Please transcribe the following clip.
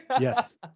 Yes